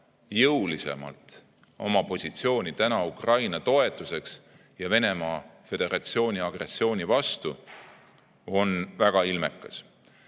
jõulisemalt oma positsiooni Ukraina toetuseks ja Venemaa Föderatsiooni agressiooni vastu on väga ilmekas.